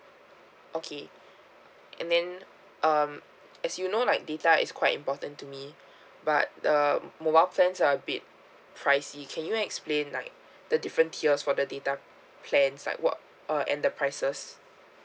okay and then um as you know like data is quite important to me but the mobile plans are a bit pricey can you explain like the different tiers for the data plans like what uh and the prices